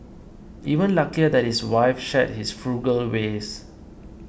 even luckier that his wife shared his frugal ways